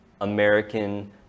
American